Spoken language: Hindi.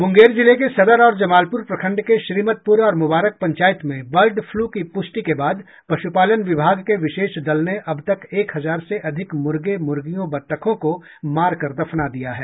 मुंगेर जिले के सदर और जमालपुर प्रखंड के श्रीमतपुर और मुबारक पंचायत में बर्ड फ्लू की पुष्टि के बाद पशुपालन विभाग के विशेष दल ने अबतक एक हजार से अधिक मुर्गे मुर्गियों बतखों को मार कर दफना दिया है